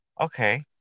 Okay